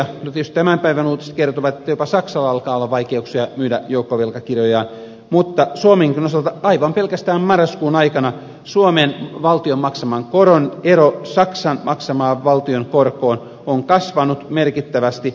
no tietysti tämän päivän uutiset kertovat että jopa saksalla alkaa olla vaikeuksia myydä joukkovelkakirjojaan mutta suomenkin osalta aivan pelkästään marraskuun aikana suomen valtion maksaman koron ero saksan maksamaan valtionkorkoon on kasvanut merkittävästi